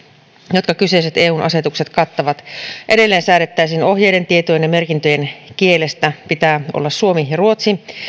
jotka kyseiset eun asetukset kattavat edelleen säädettäisiin ohjeiden tietojen ja merkintöjen kielestä pitää olla suomi ja ruotsi